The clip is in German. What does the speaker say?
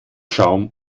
schaum